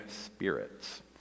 spirits